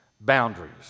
boundaries